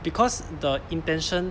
because the intention